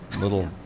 Little